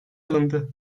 alındı